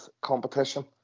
competition